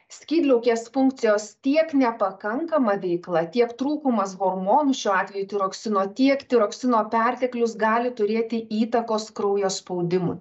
skydliaukės funkcijos tiek nepakankama veikla tiek trūkumas hormonų šiuo atveju tiroksino tiek tiroksino perteklius gali turėti įtakos kraujo spaudimui